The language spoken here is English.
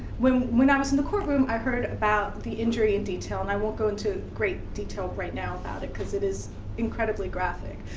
when when i was in the courtroom, i heard about the injury in detail and i won't go into great detail right now about it because it is incredibly graphic,